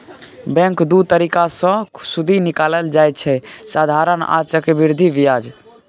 bank दु तरीका सँ सुदि निकालय छै साधारण आ चक्रबृद्धि ब्याज